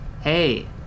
Hey